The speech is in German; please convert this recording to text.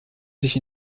sich